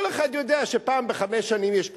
כל אחד יודע שפעם בחמש שנים יש בחירות,